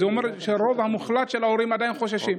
זה אומר שהרוב המוחלט של ההורים עדיין חוששים.